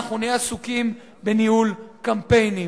אנחנו נהיה עסוקים בניהול קמפיינים.